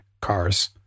cars